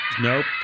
Nope